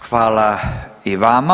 Hvala i vama.